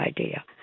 idea